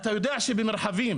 במרחבים